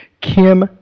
Kim